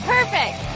Perfect